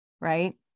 right